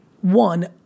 one